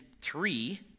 three